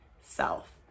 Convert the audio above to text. self